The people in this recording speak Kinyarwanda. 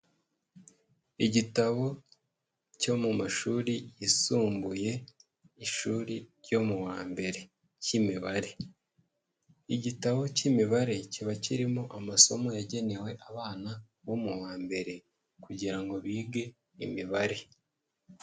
Igitabo cyo mu mashuri yisumbuye, ishuri ryo mu wa mbere cy'imibare, igitabo cy'imibare kiba kirimo amasomo yagenewe abana bo mu wa mbere kugira ngo bige imibare.